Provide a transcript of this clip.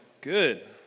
Good